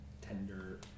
tender